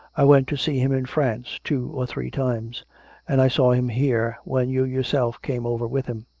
i went to see him in france two or three times and i saw him here, when you yourself came over with him.